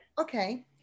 Okay